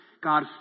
God